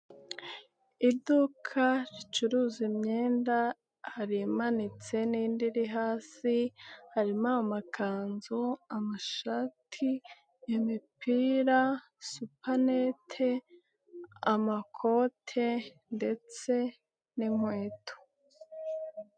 Iduka ricuruza imyenda hari imanitse n'indi iri hasi, harimo amakanzu, amashati, imipira, supanete, amakote ndetse n'inkweto.